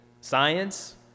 science